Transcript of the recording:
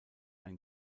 ein